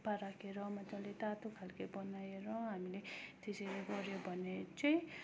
सफा राखेर मजाले तातो खालको बनाएर हामीले त्यसै नै गर्यो भने चाहिँ